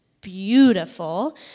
beautiful